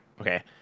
Okay